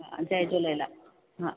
जय झूलेलाल हा